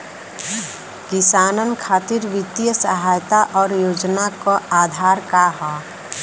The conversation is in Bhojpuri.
किसानन खातिर वित्तीय सहायता और योजना क आधार का ह?